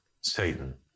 Satan